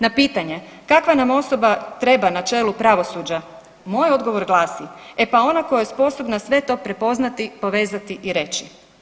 Na pitanje kakva nam osoba treba na čelu pravosuđa, moj odgovor glasi, e pa ona koja je sposobna sve to prepoznati, povezati i reći.